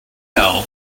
tell